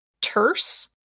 terse